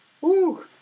Woo